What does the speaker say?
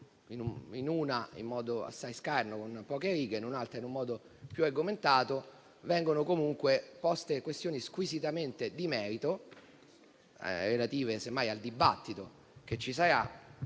in uno in modo assai scarno e con poche righe, in un altro in modo più argomentato, vengono poste questioni squisitamente di merito, relative semmai al dibattito che ci sarà.